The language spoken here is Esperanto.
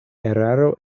eraro